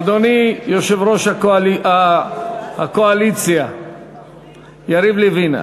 אדוני יושב-ראש הקואליציה יריב לוין,